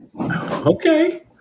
Okay